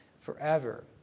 forever